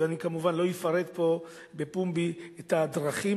ואני כמובן לא אפרט פה בפומבי את הדרכים